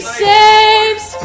saves